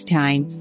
time